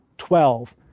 twelve,